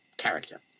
Character